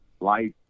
life